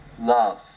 love